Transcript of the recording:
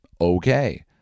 okay